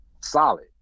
solid